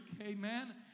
amen